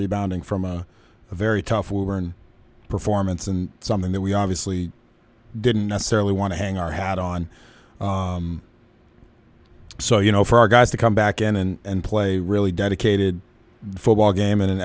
rebounding from a very tough we were in performance and something that we obviously didn't necessarily want to hang our hat on so you know for our guys to come back in and play really dedicated football game in an